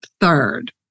Third